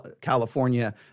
California